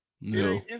No